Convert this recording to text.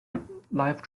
lifes